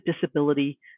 disability